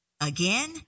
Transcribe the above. again